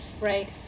right